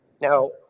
Now